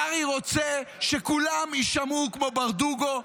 קרעי רוצה שכולם יישמעו כמו ברדוגו,